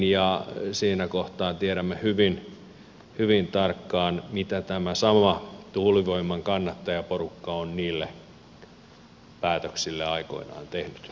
ja siinä kohtaa tiedämme hyvin tarkkaan mitä tämä sama tuulivoiman kannattajaporukka on niille päätöksille aikoinaan tehnyt